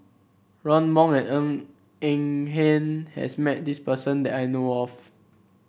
Ron Wong and Ng Eng Hen has met this person that I know of